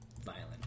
violent